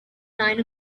nine